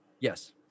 Yes